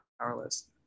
powerless